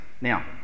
now